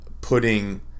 putting